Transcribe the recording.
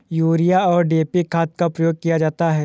urea और DAP खाद का प्रयोग किया जाता है